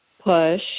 push